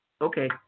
Okay